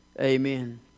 Amen